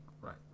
Right